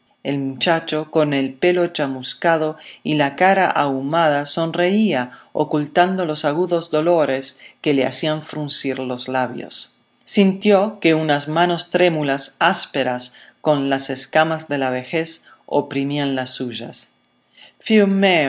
el muchacho con el pelo chamuscado y la cara ahumada sonreía ocultando los agudos dolores que le hacían fruncir los labios sintió que unas manos trémulas ásperas con las escamas de la vejez oprimían las suyas